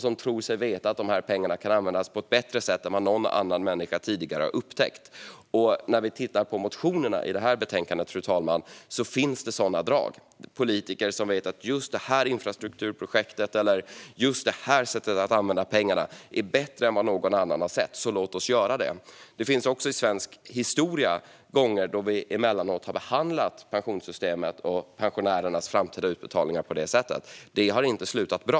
De tror sig veta att dessa pengar kan användas på ett bättre sätt än vad någon annan människa tidigare har upptäckt. Motionerna i detta betänkande, fru talman, innehåller sådana drag. Det handlar om politiker som menar att ett visst infrastrukturprojekt eller något annat sätt att använda pengarna på är bättre än vad någon annan har tyckt. De säger: Låt oss göra så här! I svensk historia finns också tillfällen då vi emellanåt har behandlat pensionssystemet och pensionärernas framtida utbetalningar på detta sätt. Det har inte slutat bra.